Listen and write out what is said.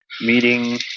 meeting